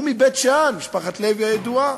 הוא מבית-שאן, משפחת לוי הידועה.